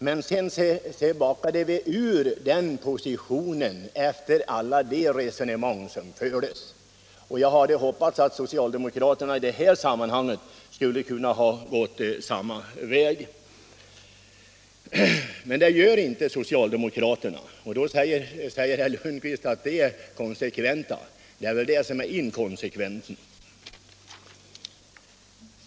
Men sedan backade vi ut från den positionen efter alla de resonemang som fördes. Jag hade hoppats att socialdemokraterna i detta sammanhang skulle ha kunnat gå samma väg. Men det gör inte socialdemokraterna, och då säger herr Lundkvist att de är konsekventa. Det är väl det som är inkonsekvensen.